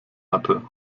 hatte